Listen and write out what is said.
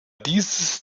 dieses